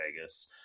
Vegas